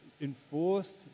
enforced